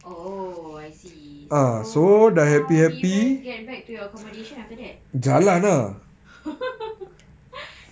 oh I see so how did you guys get back to your accommodation after that